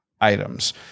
items